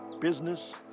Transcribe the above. Business